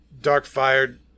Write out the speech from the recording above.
dark-fired